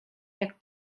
jak